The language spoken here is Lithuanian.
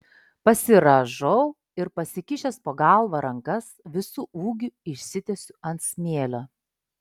pasirąžau ir pasikišęs po galva rankas visu ūgiu išsitiesiu ant smėlio